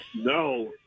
No